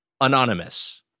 Anonymous